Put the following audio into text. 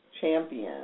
champion